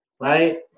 right